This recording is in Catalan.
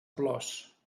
plors